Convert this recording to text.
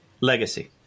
legacy